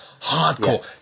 hardcore